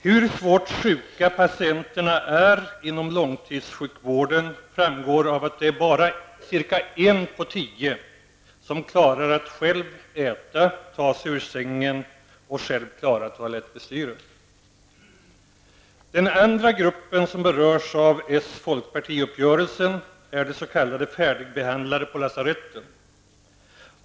Hur svårt sjuka patienterna inom långtidsvården är framgår av att det bara är cirka en av tio som klarar av att äta, ta sig ur sängen och sköta toalettbestyren själv. Den andra gruppen som berörs av S-fpuppgörelsen är de s.k. färdigbehandlade på lasaretten.